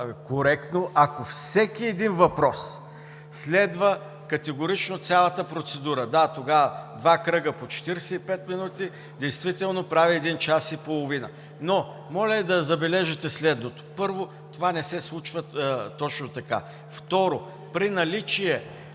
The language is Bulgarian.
коректно, ако всеки един въпрос следва категорично цялата процедура. Да, тогава два кръга по 45 минути действително правят час и половина. Моля обаче да забележите следното. Първо, това не се случва точно така. Второ, при наличие